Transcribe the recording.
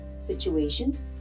situations